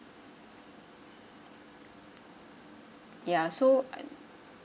ya so